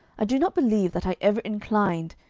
i do not believe that i ever inclined,